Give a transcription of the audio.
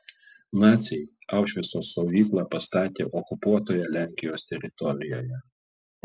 naciai aušvico stovyklą pastatė okupuotoje lenkijos teritorijoje